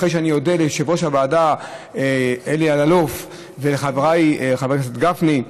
אחרי שאני אודה ליושב-ראש הוועדה אלי אלאלוף ולחברי חבר הכנסת גפני,